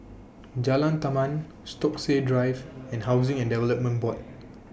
Jalan Taman Stokesay Drive and Housing and Development Board